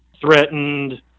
threatened